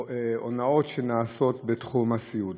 בהונאות שנעשות בתחום הסיעוד.